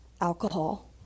alcohol